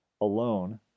alone